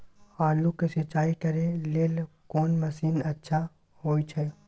आलू के सिंचाई करे लेल कोन मसीन अच्छा होय छै?